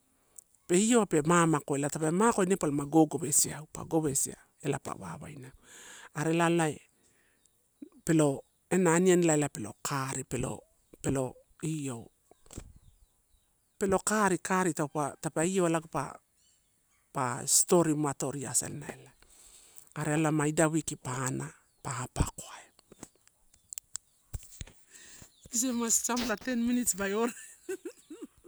Pe iouwa pe mamaku ela, tape mato ine palama gogewesia eu, pa gowesia ela pa wawainaeu. Are ela lae, pe lo ena aniani elae peelo cari pelo io pelo, pelo kari, kari taupe, tape iouna pa pa storim atoria asana elae. Are ela ma idai weeki pa ana, pa apakoaeu. Kisim sampla ten minits ba orait.